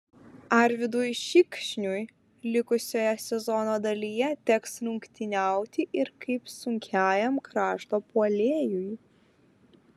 arvydui šikšniui likusioje sezono dalyje teks rungtyniauti ir kaip sunkiajam krašto puolėjui